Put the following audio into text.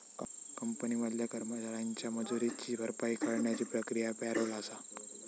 company मधल्या कर्मचाऱ्यांच्या मजुरीची भरपाई करण्याची प्रक्रिया पॅरोल आसा